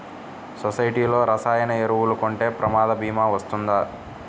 సొసైటీలో రసాయన ఎరువులు కొంటే ప్రమాద భీమా వస్తుందా?